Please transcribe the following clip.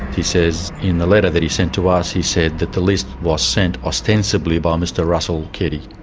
he says in the letter that he sent to us, he said that the list was sent ostensibly by mr russell keddie.